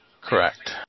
Correct